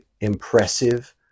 impressive